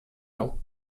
now